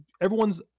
everyone's